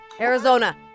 Arizona